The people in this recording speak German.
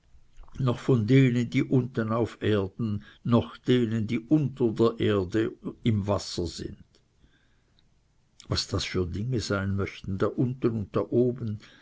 noch denen die unten auf erden noch denen die unter der erde im wasser sind was das für dinge sein möchten da unten und da oben